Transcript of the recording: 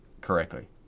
correctly